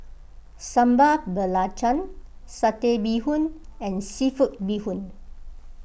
Sambal Belacan Satay Bee Hoon and Seafood Bee Hoon